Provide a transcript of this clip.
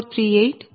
1438 j0